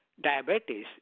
Diabetes